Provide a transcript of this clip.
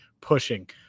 pushing